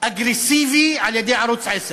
אגרסיבי על-ידי ערוץ 10